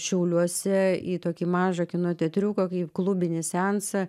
šiauliuose į tokį mažą kino teatriuką kai klubinį seansą